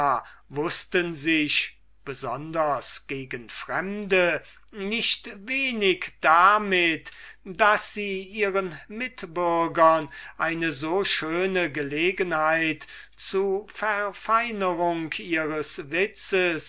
wußten sich besonders gegen fremde nicht wenig damit daß sie ihren mitbürgern und mitbürgerinnen eine so schöne gelegenheit zu verfeinerung ihres witzes